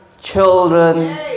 children